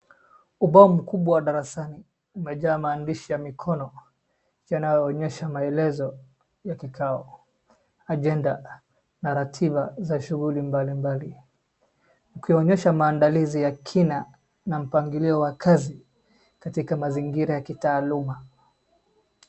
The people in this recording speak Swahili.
Umbao mkubwa darasani umejaa maandishi ya mikono yanayoonyesha maelezo ya kikao, ajenda na ratiba za shughuli mbali mbali, ukionyesha maandalizi ya kina na mpangilio wa kazi katika mazingira ya kitaaluma.